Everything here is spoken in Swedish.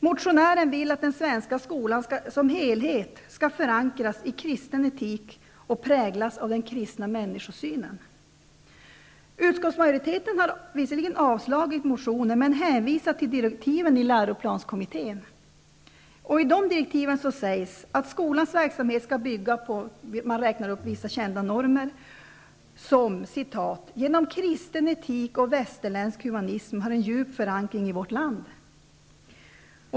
Motionären vill att den svenska skolan som helhet skall förankras i kristen etik och präglas av den kristna människosynen. Utskottsmajoriteten har visserligen avstyrkt motionen, men hänvisar till direktiven i läroplanskommittén. I dessa direktiv sägs att skolans verksamhet skall bygga på vissa kända normer som ''genom kristen etik och västerländsk humanism har en djup förankring i vårt land''.